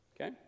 Okay